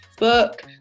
book